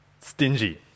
stingy